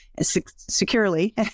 securely